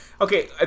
Okay